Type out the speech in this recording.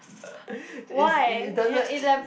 is it it doesn't